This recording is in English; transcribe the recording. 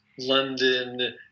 london